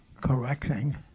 correcting